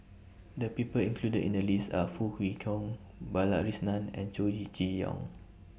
The People included in The list Are Foo Kwee Horng Balakrishnan and Chow E Chee Yong